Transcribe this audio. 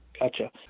Gotcha